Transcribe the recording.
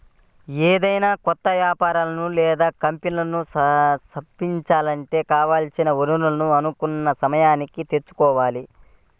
ఏదైనా కొత్త వ్యాపారాలను లేదా కంపెనీలను స్థాపించాలంటే కావాల్సిన వనరులను అనుకున్న సమయానికి తెచ్చుకోవాలి